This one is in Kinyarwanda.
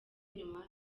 nyuma